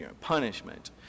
punishment